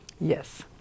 Yes